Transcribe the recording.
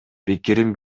пикирин